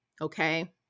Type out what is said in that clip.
okay